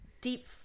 deep